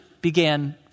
began